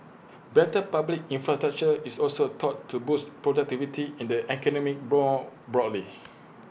better public infrastructure is also thought to boost productivity in the economy broad broadly